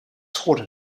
taught